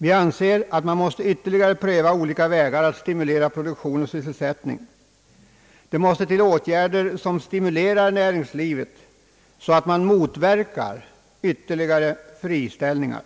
Vi anser, att man måste ytterligare pröva olika vägar att stimulera produktion och sysselsättning. Det måste till åtgärder som stimulerar näringslivet så att man motverkar ytterligare friställningar.